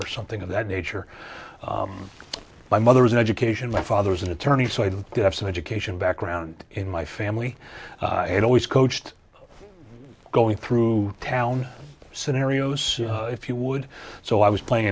or something of that nature my mother was an education my father was an attorney so i did have some education background in my family had always coached going through town scenarios if you would so i was playing